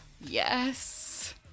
yes